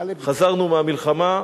חזרנו מהמלחמה לישיבה,